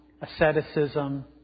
asceticism